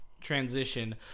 transition